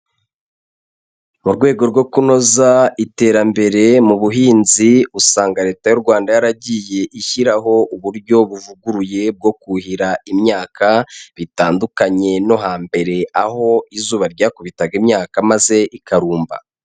Mu rwego rwo kunoza iterambere mu buhinzi, usanga leta y'u Rwanda yaragiye ishyiraho uburyo buvuguruye bwo kuhira imyaka, bitandukanye no hambere aho izuba ryakubitaga imyaka maze ikarumba.